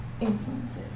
influences